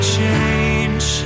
change